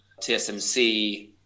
TSMC